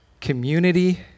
community